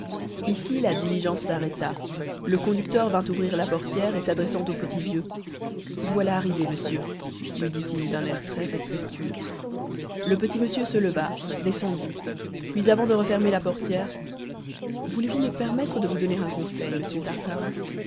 ici la diligence s'arrêta le conducteur vint ouvrir la portière et s'adressant au petit vieux vous voilà arrivé monsieur lui dit-il d'un air très respectueux le petit monsieur se leva descendit puis avant de refermer la portière voulez-vous me permettre de vous donner un conseil monsieur tartarin